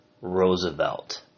Roosevelt